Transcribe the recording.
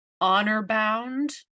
honor-bound